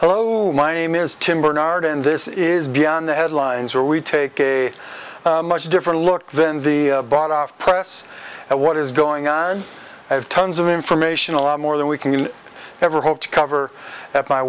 hello my name is tim barnard and this is beyond the headlines where we take a much different look than the bought off press and what is going on i have tons of information a lot more than we can ever hope to cover at my